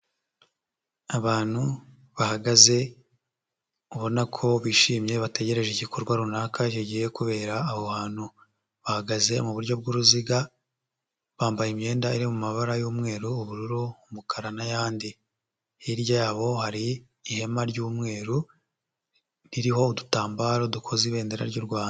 Abantu bahagaze ubona ko bishimye bategereje igikorwa runaka kigiye kubera aho hantu. Bahagaze mu buryo bw'uruziga, bambaye imyenda iri mu mabara y'umweru, ubururu, umukara n'ayandi. Hirya yabo hari ihema ry'umweru, ririho udutambaro dukoze ibendera ry'u Rwanda.